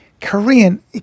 Korean